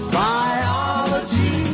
biology